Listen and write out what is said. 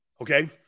Okay